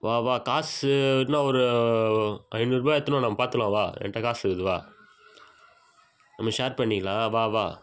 வா வா காசு இருந்தால் ஒரு ஐநூறுபா எடுத்துகின்னு வா நம்ம பார்த்துக்கலாம் வா என்கிட்ட காசுக்குது வா நம்ம ஷேர் பண்ணிக்கலாம் வா வா